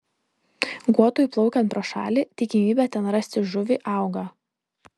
guotui plaukiant pro šalį tikimybė ten rasti žuvį auga